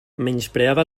menyspreava